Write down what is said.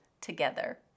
together